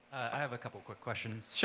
i have a couple of quick questions.